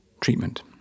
treatment